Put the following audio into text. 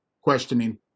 questioning